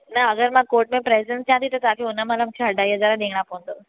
न अगरि मां कोर्ट में प्रेजेंस ॾियां थी त तव्हांखे उन महिल मूंखे अढाई हज़ार ॾियणा पवंदव